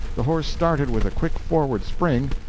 the horse started with a quick forward spring,